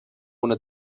una